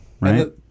right